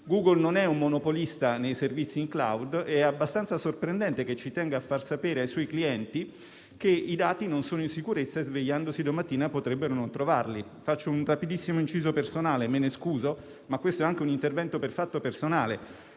Google non è un monopolista nei servizi in *cloud* ed è abbastanza sorprendente che tenga a far sapere ai suoi clienti che i dati non sono in sicurezza e svegliandosi domattina potrebbero non trovarli. Faccio un rapidissimo inciso personale e me ne scuso. È grazie a Google che io sono